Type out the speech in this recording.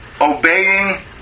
obeying